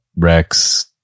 Rex